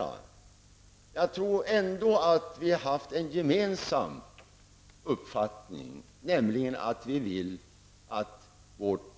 Men jag tror ändå att vi har haft en gemensam uppfattning, nämligen att vi vill att vårt